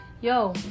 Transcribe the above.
Yo